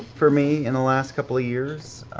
for me, in the last couple of years.